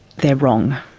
they are wrong,